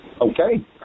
Okay